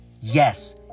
yes